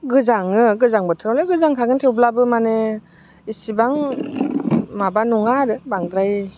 गोजाङो गोजां बोथोरावलाय गोजांखागोन थेवब्लाबो माने इसिबां माबा नङा आरो बांद्राय